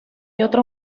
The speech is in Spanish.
otro